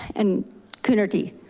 and coonerty.